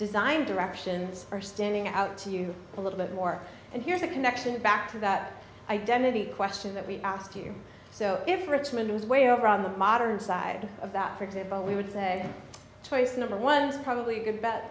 design directions are standing out to you a little bit more and here's a connection back to that identity question that we asked you so if richmond was way over on the modern side of that for example we would say choice number one probably a good